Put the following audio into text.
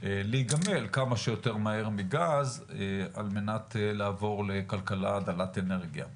להיגמל כמה שיותר מהר מגז על מנת לעבור לכלכלה דלת אנרגיה.